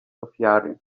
ofiary